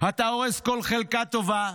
אתה הורס כל חלקה טובה,